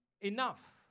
enough